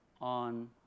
on